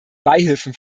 beihilfen